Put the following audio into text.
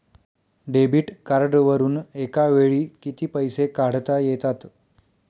Debit कार्डवरुन एका वेळी किती पैसे काढता येतात?